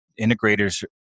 integrators